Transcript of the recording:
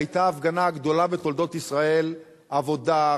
היתה ההפגנה הגדולה בתולדות ישראל: העבודה,